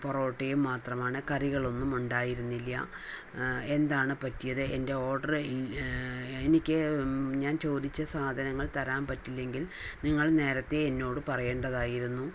പൊറോട്ടയും മാത്രമാണ് കറികൾ ഒന്നും ഉണ്ടായിരുന്നില്ല എന്താണ് പറ്റിയത് എൻ്റെ ഓർഡർ എനിക്ക് ഞാൻ ചോദിച്ച സാധനങ്ങൾ തരാൻ പറ്റില്ലെങ്കിൽ നിങ്ങൾ നേരത്തെ എന്നോട് പറയേണ്ടതായിരുന്നു